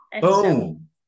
Boom